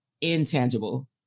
intangible